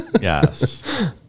Yes